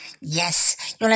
Yes